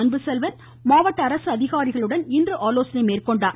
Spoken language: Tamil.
அன்புசெல்வன் மாவட்ட அரசு அதிகாரிகளுடன் இன்று ஆலோசனை மேற்கொண்டார்